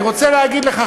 אני רוצה להגיד לך,